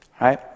right